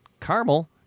caramel